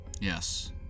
Yes